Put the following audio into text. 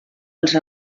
els